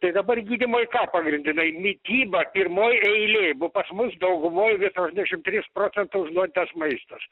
tai dabar gydymui ką pagrindinai mityba pirmoj eilėj pas mus daugumoj viso asniasdešimt trys procentų užnuodytas maistas